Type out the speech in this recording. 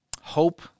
Hope